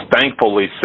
thankfully